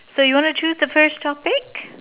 so you wanna choose the first topic